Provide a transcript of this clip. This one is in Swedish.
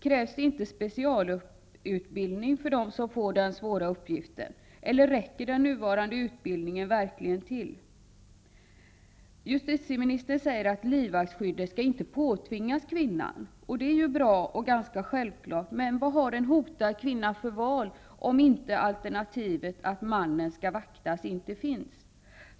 Krävs det inte specialutbildning för dem som får den svåra uppgiften, eller räcker den nuvarande utbildningen verkligen till? Justitieministern säger att livvaktsskyddet inte skall påtvingas kvinnan. Ja, det är ju bra och ganska självklart, men vad har en hotad kvinna för val om alternativet att mannen skall vaktas inte finns?